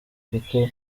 kuko